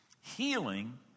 healing